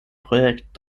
projekt